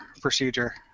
procedure